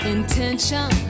Intention